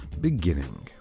Beginning